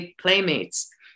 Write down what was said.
playmates